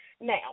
now